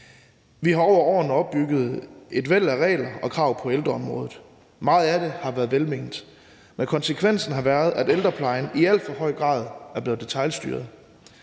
Vi har over årene opbygget et væld af regler og krav på ældreområdet. Meget af det har været velment, men konsekvensen har været, at ældreplejen i alt for høj grad er blevet detailstyret.